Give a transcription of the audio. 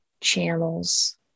channels